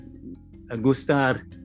gustar